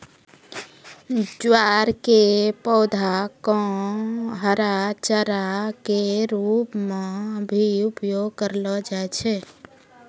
ज्वार के पौधा कॅ हरा चारा के रूप मॅ भी उपयोग करलो जाय छै